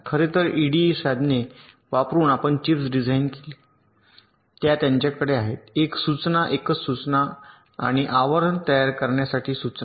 खरं तर ईडीए साधने वापरुन आपण चिप्स डिझाइन केली त्या त्यांच्याकडे आहेत एक सूचना एकच सूचना आणि आवरण तयार करण्यासाठी सूचना